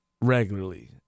regularly